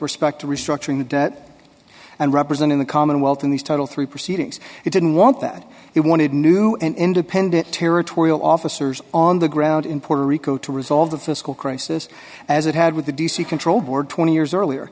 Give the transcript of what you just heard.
respect to restructuring the debt and representing the commonwealth in these total three proceedings it didn't want that he wanted new and independent territorial officers on the ground in puerto rico to resolve the fiscal crisis as it had with the d c control board twenty years earlier